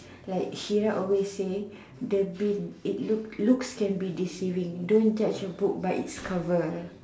like Insyirah always say the lo~ lo~ looks can be deceiving don't judge a book by its cover